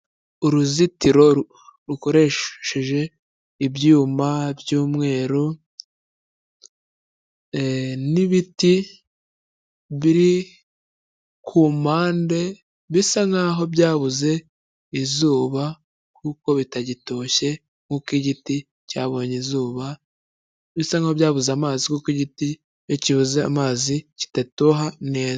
Uruzitiro rukoresheje ibyuma by'umweru n'ibiti biri kumpande bisa nk'aho byabuze izuba kuko bitagitoshye nk'uko igiti cyabonye izuba, bisa nk'aho byabuze amazi kuko igiti iyo cyibuze amazi kidatoha neza.